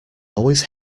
always